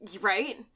Right